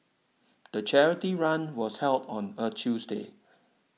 the charity run was held on a Tuesday